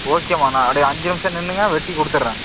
ஓகேம்மா நான் அப்படியே அஞ்சு நிமிஷம் நின்னுங்க வெட்டி கொடுத்துட்றேன்